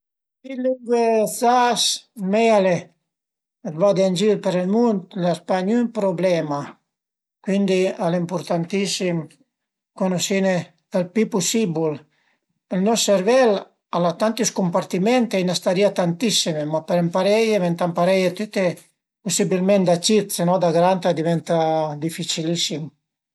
Pi lingue sas mei al e, vade ën gir për ël mund, las pa gnün problema, cuindi al e impurtantissim cunusine ël pi pusibul. Ël nos servel al a tanti scumpartiment e a i 'na starìa tantissime, ma për ëmpareie, ëntà parei pusibilment da cit, se no da grand a diventa dificilissim